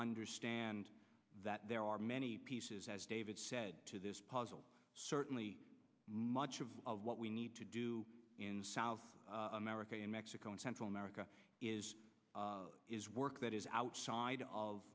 understand that there are many pieces as david said to this puzzle certainly much of what we need to do in south america and mexico and central america is work that is outside of